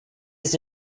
his